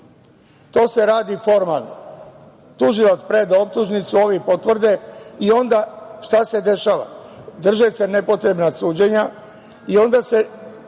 to se radi formalno. Tužilac preda optužnicu, ovi potvrde i onda šta se dešava? Drže se nepotrebna suđenja i onda se